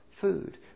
food